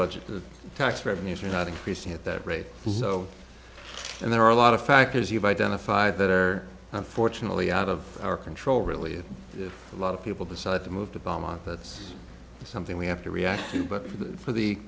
budget the tax revenues are not increasing at that rate so and there are a lot of factors you've identified that are unfortunately out of our control really a lot of people decide to move to boma that's something we have to react to but for the